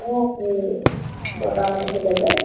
অঁ বতাহ মাৰি থাকে যে